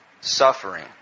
suffering